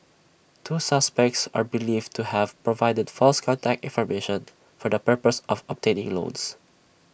two suspects are believed to have provided false contact information for the purpose of obtaining loans